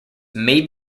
may